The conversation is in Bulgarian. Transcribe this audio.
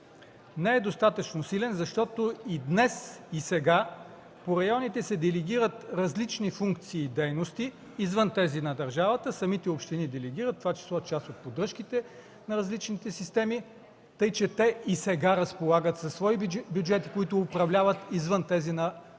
не е достатъчно силен, защото и днес и сега по районите се делегират различни функции и дейности извън тези на държавата – самите общини делегират, в това число част от поддръжките на различните системи, така че те и сега разполагат със свои бюджети, които управляват извън тези на